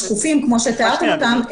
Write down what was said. השקופים כפי שתיארתם אותם,